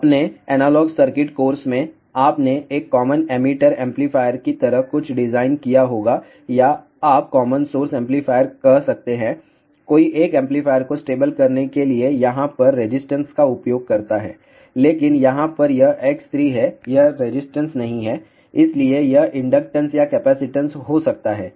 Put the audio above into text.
अपने analog circuit course में आपने एक कॉमन एमिटर एम्पलीफायर की तरह कुछ डिज़ाइन किया होगा या आप कॉमन सोर्स एम्पलीफायर कह सकते हैं कोई एक एम्पलीफायर को स्टेबल करने के लिए यहाँ पर रेजिस्टेंस का उपयोग करता है लेकिन यहाँ पर यह X3 है यह रेजिस्टेंस नहीं है इसलिए यह इंडकटन्स या कैपेसिटंस हो सकता है